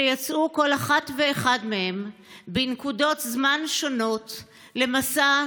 שיצאו כל אחד ואחת מהם בנקודות זמן שונות למסע,